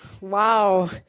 Wow